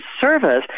service